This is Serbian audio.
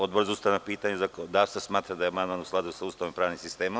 Odbor za ustavna pitanja i zakonodavstvo smatra da je amandman u skladu sa ustavom i pravnim sistemom.